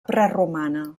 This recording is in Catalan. preromana